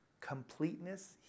completeness